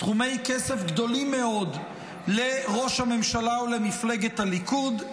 סכומי כסף גדולים מאוד לראש הממשלה ולמפלגת הליכוד.